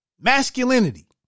Masculinity